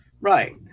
Right